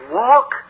walk